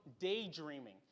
daydreaming